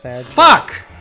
Fuck